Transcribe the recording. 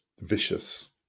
vicious